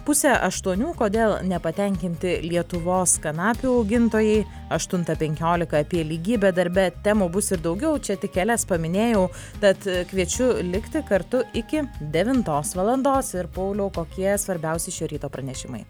pusę aštuonių kodėl nepatenkinti lietuvos kanapių augintojai aštuntą penkiolika apie lygybę darbe temų bus ir daugiau čia tik kelias paminėjau tad kviečiu likti kartu iki devintos valandos ir pauliau kokie svarbiausi šio ryto pranešimai